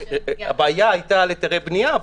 הבעיה היתה על היתרי בנייה,